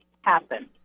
happen